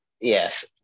Yes